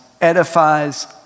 edifies